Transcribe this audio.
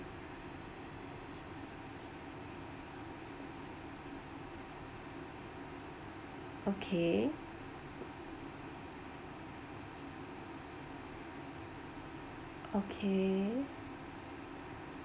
okay okay